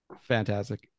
fantastic